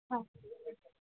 હા